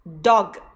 Dog